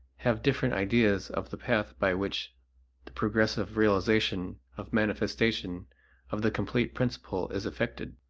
have different ideas of the path by which the progressive realization of manifestation of the complete principle is effected.